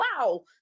wow